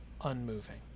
unmoving